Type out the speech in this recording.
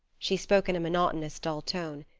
she spoke in a monotonous, dull tone.